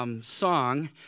Song